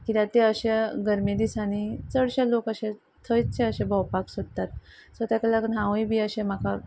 कित्याक ते अशे गरमे दिसांनी चडशे लोक अशे थंयशे अशे भोवपाक सोदतात सो ताका लागून हांवूय बी अशें म्हाका